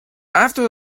after